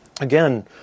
again